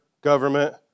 government